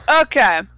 Okay